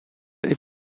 est